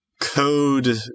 Code